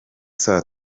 saa